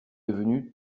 devenus